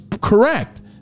correct